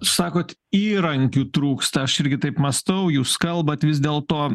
sakot įrankių trūksta aš irgi taip mąstau jūs kalbat vis dėlto